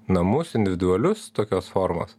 namus individualius tokios formos